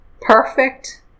perfect